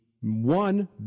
one